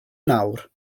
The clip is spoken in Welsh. nawr